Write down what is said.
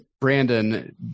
Brandon